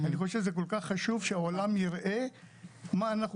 אני חושב שזה כל כך חשוב שהעולם יראה מה אנחנו